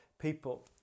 people